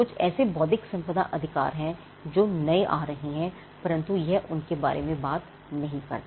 कुछ ऐसे बौद्धिक संपदा अधिकार हैं जो नए आ रहे हैं परंतु यह उनके बारे में बात नहीं करता